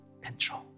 control